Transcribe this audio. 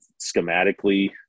schematically